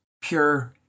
pure